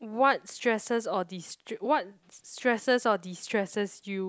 what stresses or destr~ what stresses or destresses you